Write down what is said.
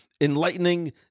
enlightening